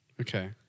Okay